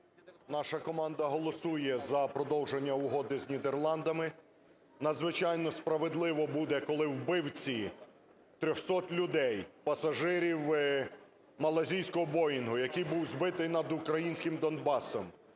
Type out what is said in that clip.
Наша команда голосує за продовження Угоди з Нідерландами. Надзвичайно справедливо буде, коли вбивці трьохсот людей, пасажирів малайзійського "Боїнга", який був збитий над українським Донбасом